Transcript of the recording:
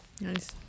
Nice